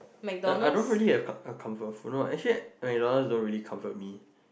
uh I don't really have a comfort food no actually MacDonald's don't really comfort me